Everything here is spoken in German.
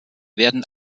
werden